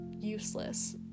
useless